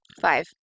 Five